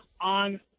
on